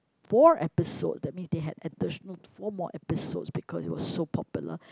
four episodes that means they had additional four more episodes because it was so popular